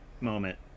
moment